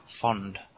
fond